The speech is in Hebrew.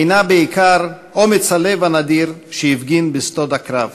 בעיקר אומץ הלב הנדיר שהפגין בשדות הקרב: